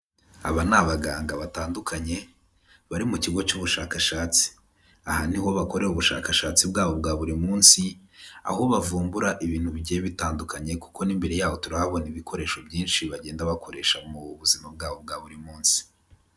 Aba ni abaganga batandukanye bari mu kigo cy'ubushakashatsi. Aha niho bakorera ubushakashatsi bwabo bwa buri munsi, aho bavumbura ibintu bigiye bitandukanye kuko n'imbere yaho turahabona ibikoresho byinshi bagenda bakoresha mu buzima bwabo bwa buri munsi.